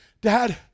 Dad